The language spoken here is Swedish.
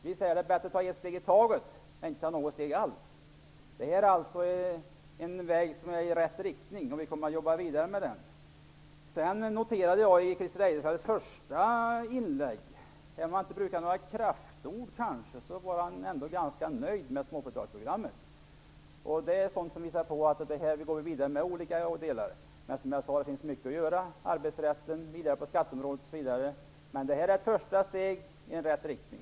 Vi säger att det är bättre att ta ett steg i taget än att inte ta något steg alls. Vägen leder i rätt riktning, och vi kommer att jobba vidare. Jag noterade att Christer Eirefelt i sitt första inlägg, även om han inte brukade några kraftord, verkade ganska nöjd med småföretagsprogrammet. Det är sådant som visar att vi skall gå vidare. Som jag sade finns det mycket att göra vad gäller arbetsrätten och på skatteområdet osv., men detta är ett första steg i rätt riktning.